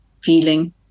feeling